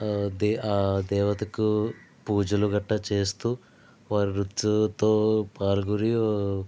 ఆ దేవతకు పూజలు గట్ట చేస్తు వారి నృత్యంతో పాల్గొని